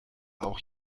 auch